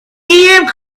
atm